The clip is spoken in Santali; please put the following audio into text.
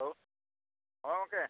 ᱦᱮᱞᱳ ᱦᱮᱸ ᱜᱚᱢᱠᱮ